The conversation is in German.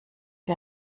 dir